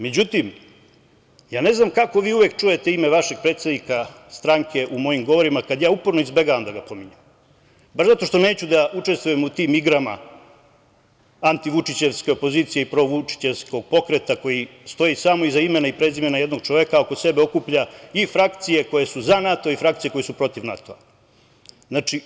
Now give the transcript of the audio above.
Međutim, ja ne znam kako vi uvek čujete ime vašeg predsednika stranke u mojim govorima kada ja uporno izbegavam da ga pominjem, baš zato što neću da učestvujem u tim igrama antivučićevske opozicije i provučićevskog pokreta koji stoji samo iza imena i prezimena jednog čoveka, a oko sebe okuplja i frakcije koje su za NATO i frakcije koje su protiv NATO-a.